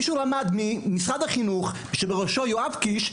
שהוא למד במשרד החינוך שבראשותו יואב קיש,